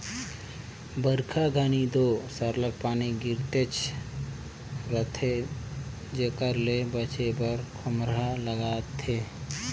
बरिखा घनी दो सरलग पानी गिरतेच रहथे जेकर ले बाचे बर खोम्हरा लागथे